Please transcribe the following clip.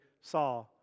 saw